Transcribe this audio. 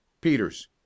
Peters